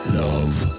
love